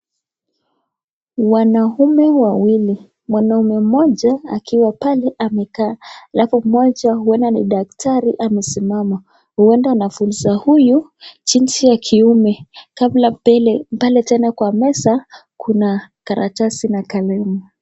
Wanaume wawili mwanaume mmoja akiwa pale amekaa alafu mmoja huenda ni daktari amesimama huenda anafunza huyu jinsi ya kiume pale tena kwa meza kuna karatasi na kalamu.